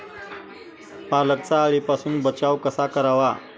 पालकचा अळीपासून बचाव कसा करावा?